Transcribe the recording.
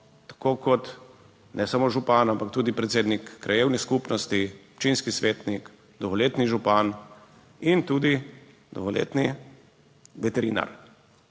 samo kot župan, ampak tudi predsednik krajevne skupnosti, občinski svetnik, dolgoletni župan in tudi dolgoletni veterinar,